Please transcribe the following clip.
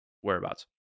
whereabouts